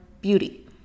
beauty